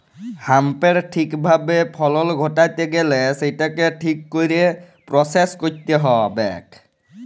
হ্যাঁম্পের ঠিক ভাবে ফলল ঘটাত্যে গ্যালে সেটকে ঠিক কইরে পরসেস কইরতে হ্যবেক